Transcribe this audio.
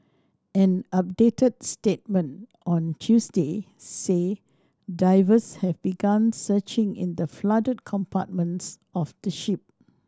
an updated statement on Tuesday said divers have begun searching in the flooded compartments of the ship